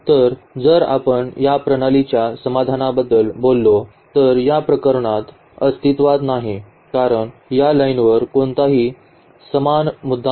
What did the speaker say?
तर जर आपण या प्रणालीच्या समाधानाबद्दल बोललो तर तर या प्रकरणात अस्तित्त्वात नाही कारण या लाइनवर कोणताही समान मुद्दा नाही